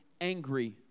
angry